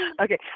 Okay